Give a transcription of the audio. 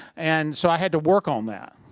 and so i had to work on that.